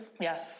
Yes